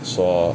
所